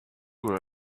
were